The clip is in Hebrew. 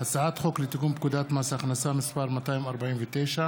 הצעת החוק למניעת אלימות במוסדות למתן טיפול (תיקון מס' 3),